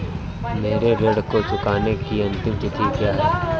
मेरे ऋण को चुकाने की अंतिम तिथि क्या है?